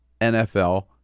NFL